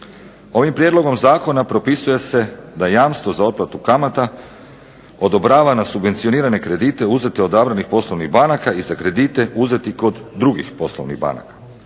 Ovim prijedlogom zakona propisuje se da jamstvo za otplatu kamata odobrava na subvencionirane kredite uzete odabranih poslovnih banaka i za kredite uzeti kod drugih poslovnih banaka.